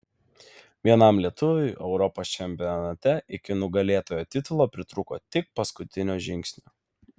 vienam lietuviui europos čempionate iki nugalėtojo titulo pritrūko tik paskutinio žingsnio